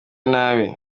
nabi